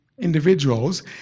individuals